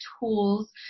tools